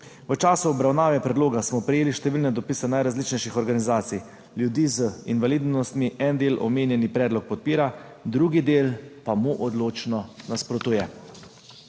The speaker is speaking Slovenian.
V času obravnave predloga smo prejeli številne dopise najrazličnejših organizacij ljudi z invalidnostmi en del omenjeni predlog podpira, drugi del pa mu odločno nasprotuje.